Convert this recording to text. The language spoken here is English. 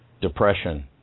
depression